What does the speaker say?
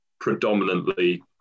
predominantly